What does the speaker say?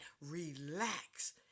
relax